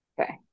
okay